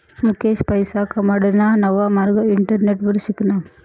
मुकेश पैसा कमाडाना नवा मार्ग इंटरनेटवर शिकना